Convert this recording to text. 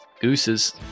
Gooses